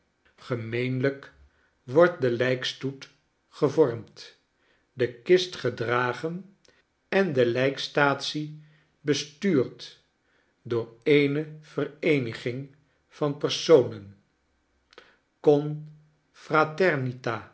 gemeenlijk wordt delijktoet gevormd de kist gedragen en de lijkstaatsie bestuurd door eene vereeniging van personen